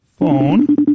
phone